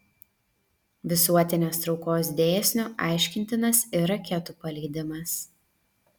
visuotinės traukos dėsniu aiškintinas ir raketų paleidimas